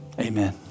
amen